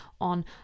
on